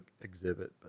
exhibit